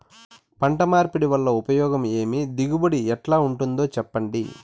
పంట మార్పిడి వల్ల ఉపయోగం ఏమి దిగుబడి ఎట్లా ఉంటుందో చెప్పండి?